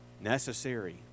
necessary